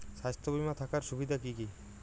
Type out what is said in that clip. স্বাস্থ্য বিমা থাকার সুবিধা কী কী?